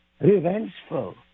revengeful